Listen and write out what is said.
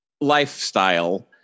lifestyle